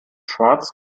schwarz